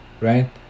right